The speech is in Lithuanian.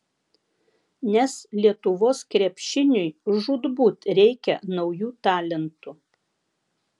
nes lietuvos krepšiniui žūtbūt reikia naujų talentų